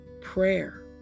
Prayer